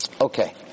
Okay